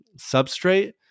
substrate